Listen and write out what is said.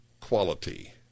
quality